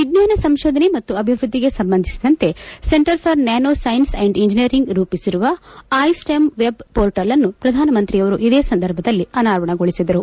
ವಿಜ್ಞಾನ ಸಂಶೋಧನೆ ಮತ್ತು ಅಭಿವ್ಯದ್ಧಿಗೆ ಸಂಬಂಧಿಸಿದಂತೆ centre for nano science and engineering ರೂಪಿಸಿರುವ ಐ ಸ್ಟೆಮ್ ವೆಬ್ ಮೋರ್ಟಲ್ಅನ್ನು ಪ್ರಧಾನಮಂತ್ರಿಯವರು ಇದೇ ಸಂದರ್ಭದಲ್ಲಿ ಅನಾವರಣಗೊಳಿಸಿದರು